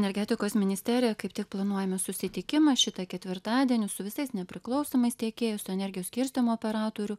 energetikos ministerijoj kaip tik planuojame susitikimą šitą ketvirtadienį su visais nepriklausomais tiekėjais su energijos skirstymo operatoriu